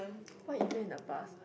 what event in the past